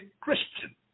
Christian